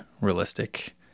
realistic